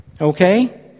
okay